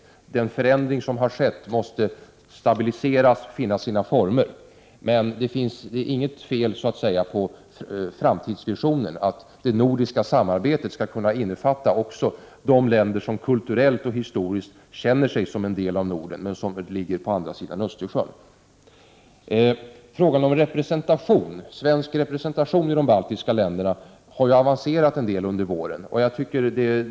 När det gäller den förändring som har skett måste en stabilisering få ske. Beträffande framtidsvisionen är det inte något fel att det nordiska samarbetet också skall kunna innefatta de länder som kulturellt och historiskt upplevs vara en del av Norden men som ligger på andra sidan Östersjön. I fråga om svensk representation i de baltiska länderna har arbetet avancerat en del under våren.